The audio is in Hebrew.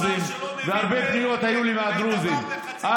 יש שר אוצר שלא מבין דבר וחצי דבר.